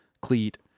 cleat